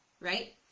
right